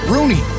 Rooney